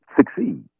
succeed